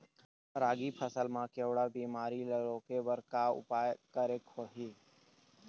रागी फसल मा केवड़ा बीमारी ला रोके बर का उपाय करेक होही?